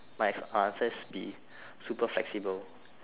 might as answer is be super flexible